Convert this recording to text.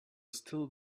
still